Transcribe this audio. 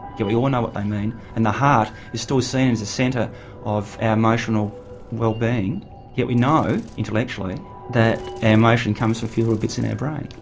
yet we all know what they mean and the heart is still seen as the centre of our emotional wellbeing yet we know intellectually that emotion comes from fewer bits in our brain.